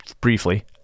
briefly